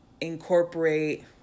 incorporate